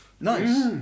Nice